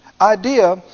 idea